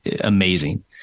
amazing